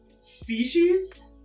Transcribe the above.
species